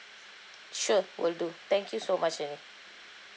sure will do thank you so much then